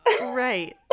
Right